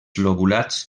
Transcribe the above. lobulats